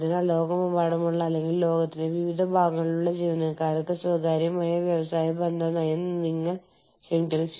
നിങ്ങൾക്ക് ലഭ്യമായ സാങ്കേതികവിദ്യ വ്യത്യസ്ത സ്ഥലങ്ങളിൽ ലഭ്യമായ സാങ്കേതികവിദ്യ എന്നിവ ഒരു മാറ്റമുണ്ടാക്കും